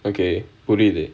புரியுது:puriyuthu